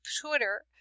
Twitter